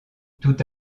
toute